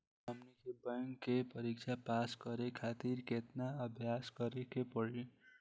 हमनी के बैंक के परीक्षा पास करे खातिर केतना अभ्यास करे के पड़ी?